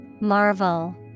Marvel